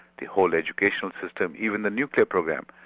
the whole educational system, even the nuclear program.